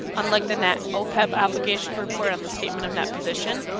unlike the net opeb obligation report on the statement of net position,